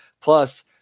Plus